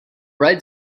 red